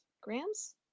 grams